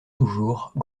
toujours